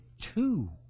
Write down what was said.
two